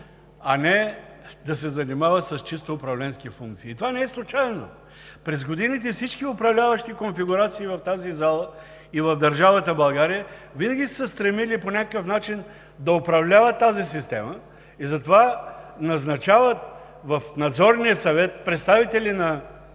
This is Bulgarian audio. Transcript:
а не да се занимава с чисто управленски функции. И това не е случайно. През годините всички управляващи конфигурации в тази зала и в държавата България винаги са се стремили по някакъв начин да управляват тази система и затова назначават в Надзорния съвет представители на